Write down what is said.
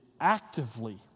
actively